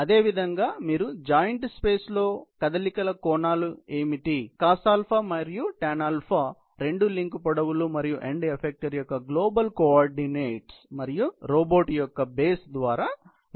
అదేవిధంగా మీరు joint space లో కదలికల కోణాలు ఏమిటి కాబట్టి cosα మరియు tanα రెండూ లింక్ పొడవులు మరియు ఎండ్ ఎఫెక్టెర్ యొక్క గ్లోబల్ కోఆర్డినేట్స్ మరియు రోబోట్ యొక్క బేస్ ద్వారా విభజించబడింది